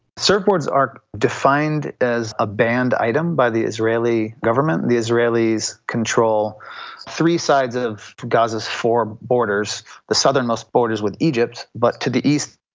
surfboards are defined as a banned item by the israeli government. the israelis control three sides of gaza's four boarders. the southernmost borders with egypt, but to the east,